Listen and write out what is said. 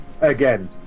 Again